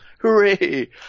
Hooray